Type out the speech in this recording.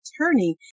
attorney